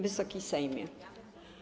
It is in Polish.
Wysoki Sejmie!